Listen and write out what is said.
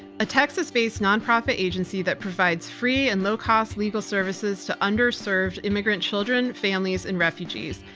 a texas-based nonprofit agency that provides free and low-cost legal services to underserved immigrant children, families, and refugees.